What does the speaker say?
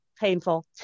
painful